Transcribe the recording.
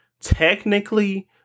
technically